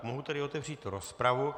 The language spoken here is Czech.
Mohu tedy otevřít rozpravu.